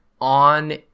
on